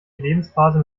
lebensphase